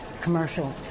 commercial